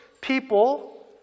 people